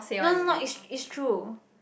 no no no it's it's true